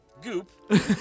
goop